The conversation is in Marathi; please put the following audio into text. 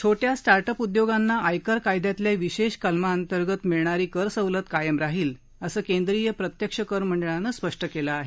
छोटया स्टार्ट अप उद्योगांना आयकर कायद्यातल्या विशेष कलमाअंतर्गत मिळणारी कर सवलत कायम राहील असं केंद्रिय प्रत्यक्ष कर मंडळानं स्पष्ट केलं आहे